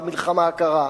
במלחמה הקרה,